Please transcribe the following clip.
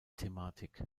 thematik